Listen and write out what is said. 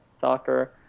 soccer